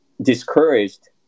discouraged